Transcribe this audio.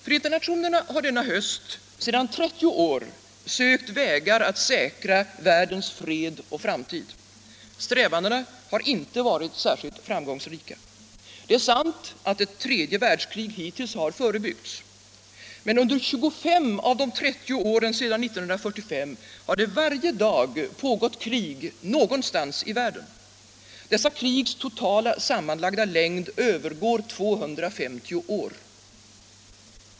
Förenta nationerna har denna höst sedan 30 år sökt vägar att säkra världens fred och framtid. Strävandena har inte varit särskilt framgångsrika. Det är sant att ett tredje världskrig hittills har förebyggts. Men under 25 av de 30 åren sedan 1945 har det varje dag pågått krig någonstans i världen. Dessa krigs sammanlagda längd övergår 250 år.